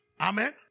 Amen